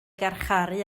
garcharu